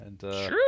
Sure